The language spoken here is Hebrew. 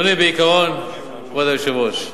כבוד היושב-ראש,